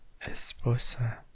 esposa